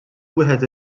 wieħed